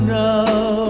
now